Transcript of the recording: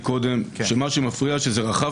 קודם אמרו לי שמה שמפריע לכם זה שזה רחב